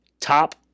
top